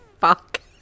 fuck